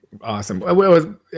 Awesome